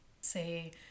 say